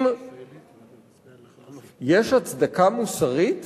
האם יש הצדקה מוסרית